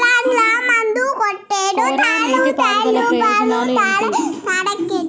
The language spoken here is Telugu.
కోరా నీటి పారుదల ప్రయోజనాలు ఏమిటి?